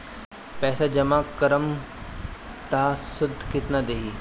पैसा जमा करम त शुध कितना देही?